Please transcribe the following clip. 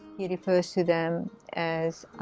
he refers to them as